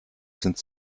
sind